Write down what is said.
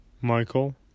Michael